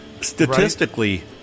Statistically